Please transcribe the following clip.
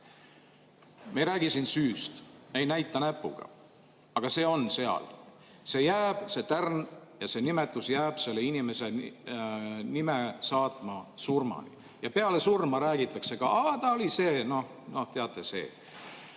Me ei räägi siin süüst, ei näita näpuga, aga see on seal, see jääb, see tärn ja see nimetus jääb selle inimese nime saatma surmani. Ja peale surma räägitakse ka: aa, ta oli see, noh, teate, see.